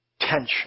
tension